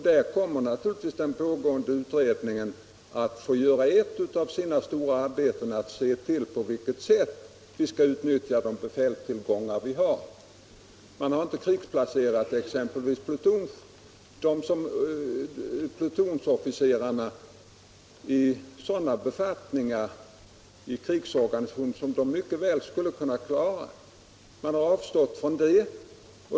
Där kommer naturligtvis den pågående befälsutredningen att ha en av sina stora arbetsuppgifter, att undersöka på vilket sätt vi skall kunna utnyttja de befälstillgångar vi har. Man har exempelvis inte krigsplacerat plutonofficerarna i sådana befattningar i krig som de mycket väl skulle kunna klara. Man har avstått från det.